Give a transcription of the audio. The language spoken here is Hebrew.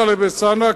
טלב אלסאנע,